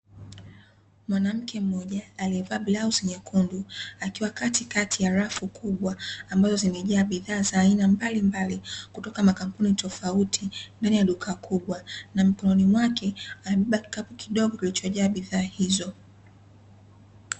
Mwanamke mmoja aliyevaa blauzi nyekundu akiwa kati kati ya rafu kubwa ambazo zimejaa bidhaa za aina mbali mbali kutoka makampuni tofauti mbele ya duka kubwa na mikononi mwake amebeba kikapu kidogo kilichojaa bidhaa hizo .